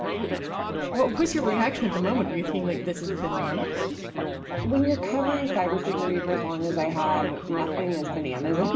what what was your reaction at the moment. were you thinking like this is bananas when you're covering cybersecurity for as long as i have nothing as bananas. and